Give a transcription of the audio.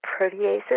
proteases